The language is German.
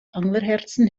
anglerherzen